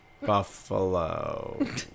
buffalo